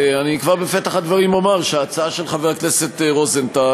אני כבר בפתח הדברים אומר שההצעה של חבר הכנסת רוזנטל,